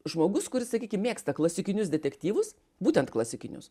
žmogus kuris sakykim mėgsta klasikinius detektyvus būtent klasikinius